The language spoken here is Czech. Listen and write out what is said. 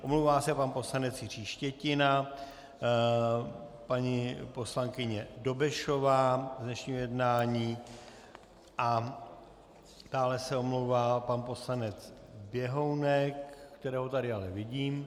Omlouvá se pan poslanec Jiří Štětina, paní poslankyně Dobešová z dnešního jednání a dále se omlouvá pan poslanec Běhounek, kterého tady ale vidím.